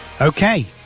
Okay